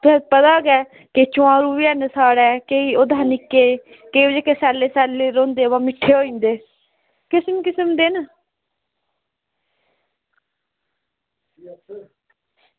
ते तुसें गी पता गै चोरू बी हैन साढ़े केईं ओह्दे कशा निक्के केईं जेह्के सैल्ले सैल्ले बी होंदे बाऽ मिट्ठे बी होंदे किस्म किस्म दे न